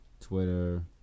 Twitter